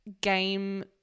game